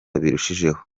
birushijeho